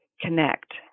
connect